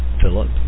Philip